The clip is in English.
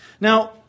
Now